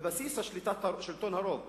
בבסיס שליטת הרוב.